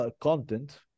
content